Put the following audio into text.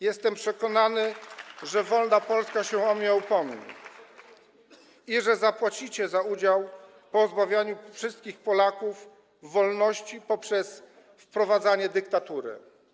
Jestem przekonany, że wolna Polska się o mnie upomni i że zapłacicie za udział w pozbawianiu wszystkich Polaków wolności poprzez wprowadzanie dyktatury.